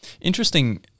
Interesting